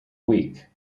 week